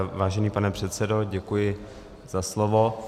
Vážený pane předsedo, děkuji za slovo.